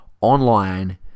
online